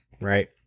right